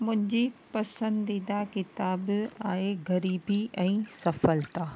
मुंहिंजी पसंदीदा किताबु आहे ग़रीबी ऐं सफलता